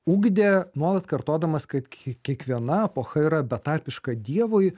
ugdė nuolat kartodamas kad kie kiekviena epocha yra betarpiška dievui